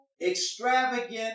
extravagant